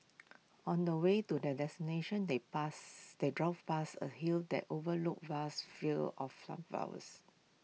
on the way to their destination they past they drove past A hill that overlooked vast fields of sunflowers